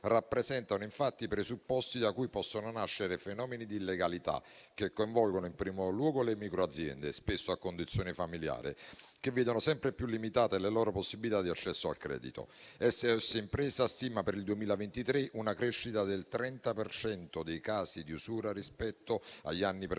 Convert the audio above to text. rappresentano infatti i presupposti da cui possono nascere fenomeni di illegalità che coinvolgono in primo luogo le microaziende, spesso a conduzione familiare, che vedono sempre più limitate le loro possibilità di accesso al credito. SOS Impresa stima per il 2023 una crescita del 30 per cento dei casi di usura rispetto agli anni precedenti.